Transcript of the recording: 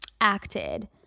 acted